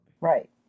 right